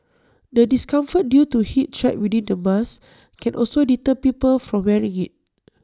the discomfort due to heat trapped within the mask can also deter people from wearing IT